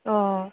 অঁ